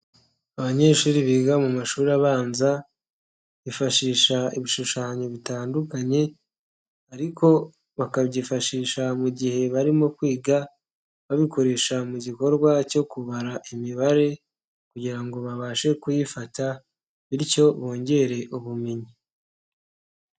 Abanyeshuri biga mu mashuri abanza, bifashisha ibishushanyo bitandukanye ariko bakabyifashisha mu gihe barimo kwiga, babikoresha mu gikorwa cyo kubara imibare kugira ngo babashe kuyifata bityo bongere ubumenyi.